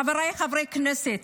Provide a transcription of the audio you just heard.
חבריי חברי הכנסת,